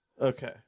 Okay